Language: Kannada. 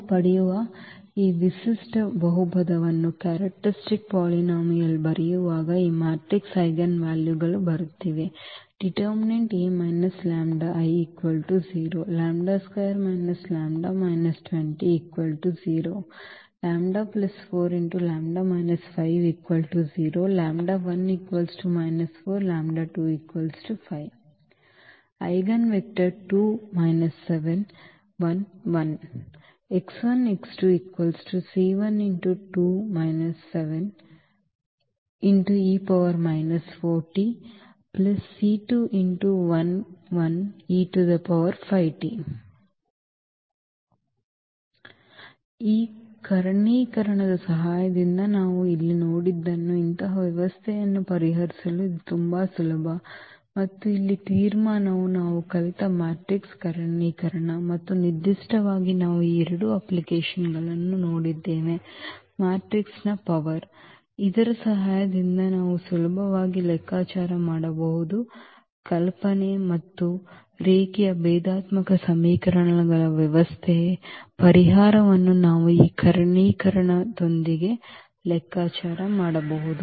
ನಾವು ಪಡೆಯುವ ಈ ವಿಶಿಷ್ಟ ಬಹುಪದವನ್ನು ಬರೆಯುವಾಗ ಈ ಮ್ಯಾಟ್ರಿಕ್ಸ್ನ ಐಜೆನ್ ವ್ಯಾಲ್ಯೂಗಳು ಬರುತ್ತಿವೆ Eigenvectors ಈ ಕರ್ಣೀಕರಣದ ಸಹಾಯದಿಂದ ನಾವು ಇಲ್ಲಿ ನೋಡಿದ್ದನ್ನು ಇಂತಹ ವ್ಯವಸ್ಥೆಯನ್ನು ಪರಿಹರಿಸಲು ಇದು ತುಂಬಾ ಸುಲಭ ಮತ್ತು ಇಲ್ಲಿ ತೀರ್ಮಾನವು ನಾವು ಕಲಿತ ಮ್ಯಾಟ್ರಿಕ್ಸ್ನ ಕರ್ಣೀಕರಣ ಮತ್ತು ನಿರ್ದಿಷ್ಟವಾಗಿ ನಾವು ಈ ಎರಡು ಅಪ್ಲಿಕೇಶನ್ಗಳನ್ನು ನೋಡಿದ್ದೇವೆ ಮ್ಯಾಟ್ರಿಕ್ಸ್ನ ಶಕ್ತಿ ಇದರ ಸಹಾಯದಿಂದ ನಾವು ಸುಲಭವಾಗಿ ಲೆಕ್ಕಾಚಾರ ಮಾಡಬಹುದು ಕಲ್ಪನೆ ಮತ್ತು ರೇಖೀಯ ಭೇದಾತ್ಮಕ ಸಮೀಕರಣಗಳ ವ್ಯವಸ್ಥೆಯ ಪರಿಹಾರವನ್ನು ನಾವು ಈ ಕರ್ಣೀಕರಣದೊಂದಿಗೆ ಲೆಕ್ಕಾಚಾರ ಮಾಡಬಹುದು